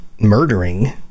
murdering